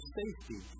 safety